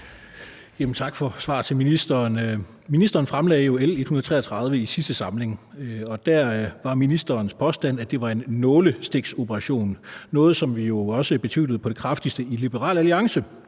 for svaret. Ministeren fremlagde jo L 133 i sidste samling, og der var ministerens påstand, at det var en nålestiksoperation – noget, som vi jo også betvivlede på det kraftigste i Liberal Alliance.